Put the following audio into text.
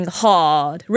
hard